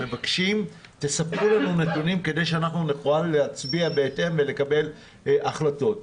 מבקשים שתספקו לנו נתונים כדי שנוכל להצביע בהתאם ולקבל החלטות.